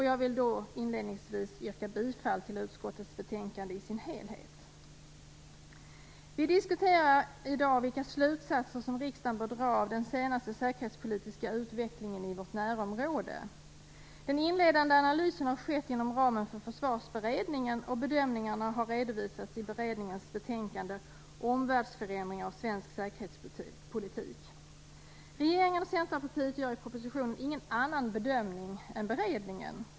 Jag vill inledningsvis yrka bifall till utskottets hemställan i dess helhet. Vi diskuterar i dag vilka slutsatser som riksdagen bör dra av den senaste säkerhetspolitiska utvecklingen i vårt närområde. Den inledande analysen har skett inom ramen för Försvarsberedningen, och bedömningarna har redovisats i beredningen betänkande Regeringen och Centerpartiet gör i propositionen ingen annan bedömning än beredningen.